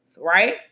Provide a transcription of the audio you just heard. right